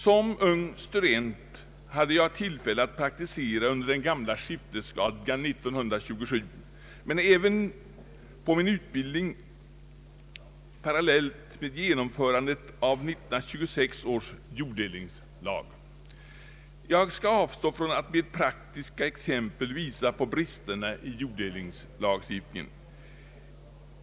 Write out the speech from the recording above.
Som ung student hade jag tillfälle att praktisera under den gamla skiftesstadgan 1927 men även att få min utbildning parallellt med genomförandet av 1926 års jorddelningslag. Jag skall avstå från att med praktiska exempel visa på bristerna i jorddelningslagstiftningen.